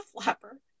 flapper